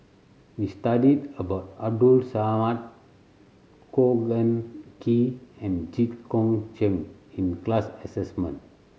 we studied about Abdul Samad Khor Ean Ghee and Jit Koon Ch'ng in class assignment